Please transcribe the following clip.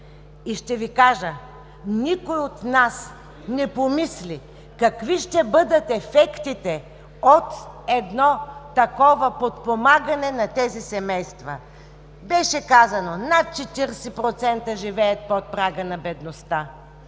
проблем. Никой от нас не помисли какви ще бъдат ефектите от едно такова подпомагане на тези семейства. Беше казано: „над 40% живеят под прага на бедността“.